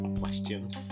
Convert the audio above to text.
questions